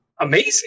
amazing